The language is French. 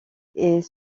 est